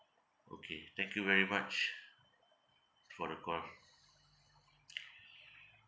okay thank you very much for the call